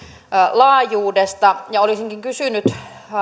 laajuudesta olisinkin kysynyt